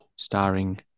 Starring